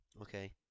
okay